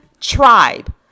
tribe